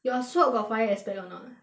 your shirt got fire aspect or not